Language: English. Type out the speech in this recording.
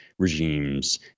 regimes